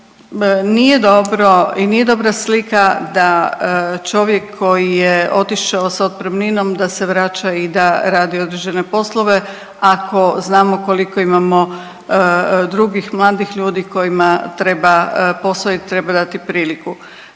nije dobro i nije dobra slika da čovjek koji je otišao sa otpremninom da se vraća i da radi određene poslove, ako znamo koliko imamo drugih mladih ljudi kojima treba posao i treba dati priliku.